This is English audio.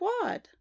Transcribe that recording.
quad